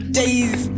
days